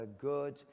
good